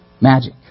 magic